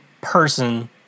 person